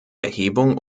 erhebung